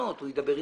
הוא ידבר אתכם,